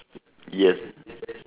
yes